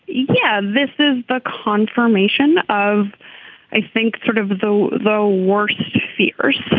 yeah this is the confirmation of i think sort of though though worst fears.